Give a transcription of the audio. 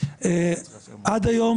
עד היום